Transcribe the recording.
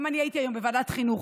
גם אני הייתי היום בוועדת חינוך,